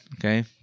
Okay